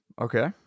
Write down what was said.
Okay